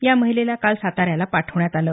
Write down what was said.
त्या महिलेला काल साताऱ्याला पाठवण्यात आलं